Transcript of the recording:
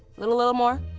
little, little more.